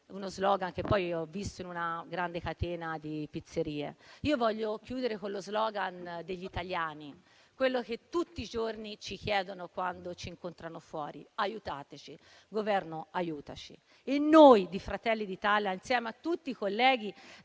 americani, che poi ho visto in una grande catena di pizzerie. Voglio chiudere con lo *slogan* degli italiani, quelli che tutti i giorni ci chiedono, quando ci incontrano fuori: aiutateci. Governo, aiutaci. E noi di Fratelli d'Italia, insieme a tutti i colleghi